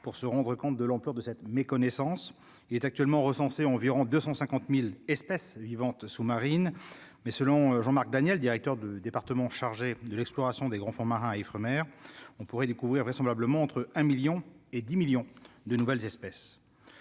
pour se rendre compte de l'ampleur de cette méconnaissance, il est actuellement recensés, environ 250000 espèces vivantes sous-marine, mais selon Jean-Marc Daniel, directeur de département chargé de l'exploration des grands fonds marins Ifremer on pourrait découvrir vraisemblablement entre 1 1000000 et 10 millions de nouvelles espèces